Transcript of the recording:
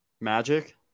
Magic